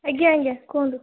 ଆଜ୍ଞା ଆଜ୍ଞା କୁହନ୍ତୁ